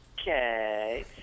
Okay